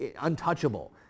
untouchable